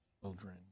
children